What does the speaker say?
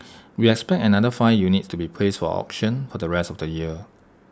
we expect another five units to be placed for auction for the rest of the year